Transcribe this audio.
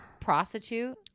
prostitute